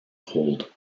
hold